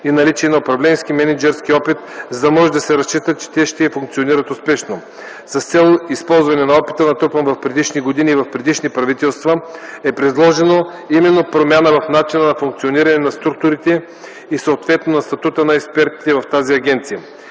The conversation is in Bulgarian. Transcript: и наличие на управленски мениджърски опит, за да може да се разчита, че те ще функционират успешно. С цел използване на опита, натрупан в предишни години и в предишни правителства, е предложена именно промяна в начина на функциониране на структурите и съответно на статута на експертите в тази агенция.